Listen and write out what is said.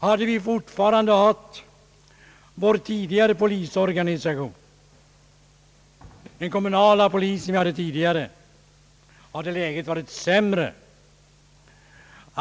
Hade vi fortfarande haft vår tidigare polisorganisation, den kommunala, hade läget varit sämre.